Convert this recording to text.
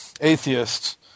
atheists